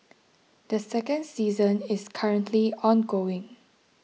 the second season is currently ongoing